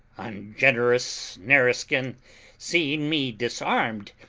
ungenerous nareskin seeing me disarmed,